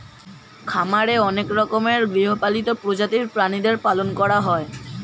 খামারে অনেক রকমের গৃহপালিত প্রজাতির প্রাণীদের পালন করা হয়